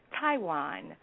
Taiwan